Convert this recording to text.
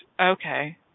Okay